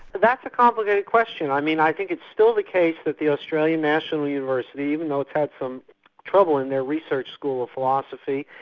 that's a complicated question. i mean i think it's still the case that the australian national university, even though it's had some trouble in their school of philosophy,